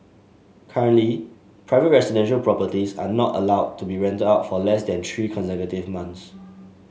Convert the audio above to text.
currently private residential properties are not allowed to be rented out for less than three consecutive months